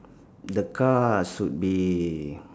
the car should be